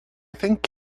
thank